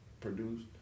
produced